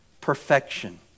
perfection